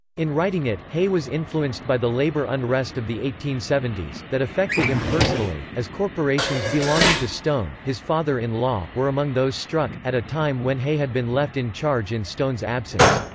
in writing it, hay was influenced by the labor unrest of the eighteen seventy s, that affected him personally, as corporations belonging to stone, his father-in-law, were among those struck, at a time when hay had been left in charge in stone's absence.